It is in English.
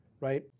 right